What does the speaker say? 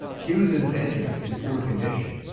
cusins enters in poor condition.